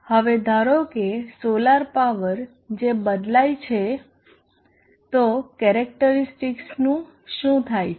હવે ધારો કે સોલાર પાવર જે બદલાય છે તો કેરેક્ટરીસ્ટિકસનું શું થાય છે